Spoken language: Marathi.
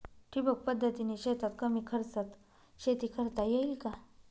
ठिबक पद्धतीने शेतात कमी खर्चात शेती करता येईल का?